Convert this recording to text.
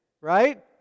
right